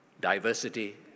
diversity